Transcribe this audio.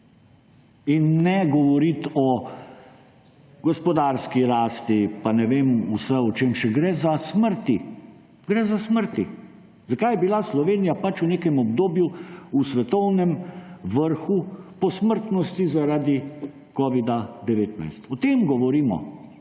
In ne govoriti o gospodarski rasti, pa ne vem vse o čem še. Gre za smrti. Gre za smrti. Zakaj je bila Slovenija v nekem obdobju v svetovnem vrhu po smrtnosti zaradi covida-19, o tem govorimo.